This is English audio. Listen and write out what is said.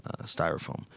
styrofoam